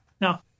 Now